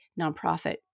nonprofit